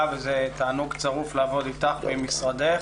וזה תענוג צרוף לעבוד איתך ועם משרדך,